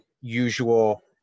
usual